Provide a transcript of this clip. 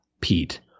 Pete